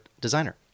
designer